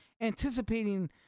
anticipating